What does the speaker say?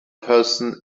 person